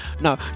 No